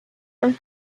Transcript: from